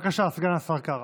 בבקשה, סגן השר קארה.